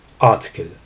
article